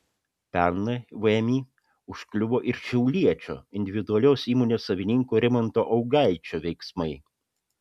pernai vmi užkliuvo ir šiauliečio individualios įmonės savininko rimanto augaičio veiksmai